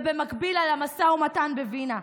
ובמקביל על המשא ומתן בווינה.